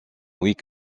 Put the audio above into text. week